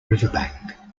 riverbank